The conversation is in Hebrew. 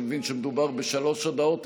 אני מבין שמדובר בשלוש הודעות.